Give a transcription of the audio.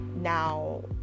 now